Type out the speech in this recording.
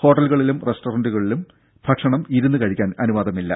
ഹോട്ടലുകളിലും റെസ്റ്റോറന്റുകളിലും ഭക്ഷണം ഇരുന്ന് കഴിക്കാൻ അനുവാദമില്ല